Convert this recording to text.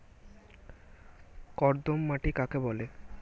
কর্দম মাটি কাকে বলে?